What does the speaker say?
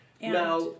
now